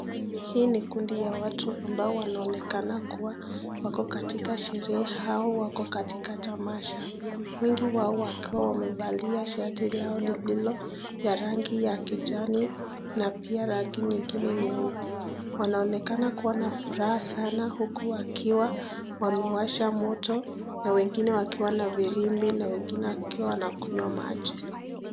Hii ni kundi la watu ambao wanaonekana kuwa wako katika sherehe au wako katika tamasha, wengi wao wakiwa wamevalia shati lao la kijani na pia rangi nyingine nyeupe. Wanaonekana kuwa na furaha sana huku wakiwa wamewasha moto huku wengine wakiwa na firimbi na wengine wakikunywa maji.